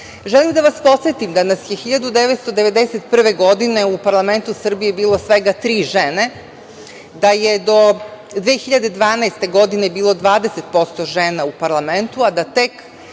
žene. Želim da vas podsetim da nas je 1991. godine u parlamentu Srbije bilo svega tri žene, da je do 2012. godine bilo 20% žena u parlamentu,